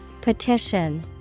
Petition